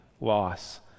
loss